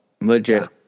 legit